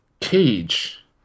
Cage